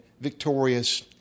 victorious